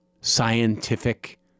scientific